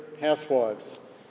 housewives